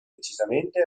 decisamente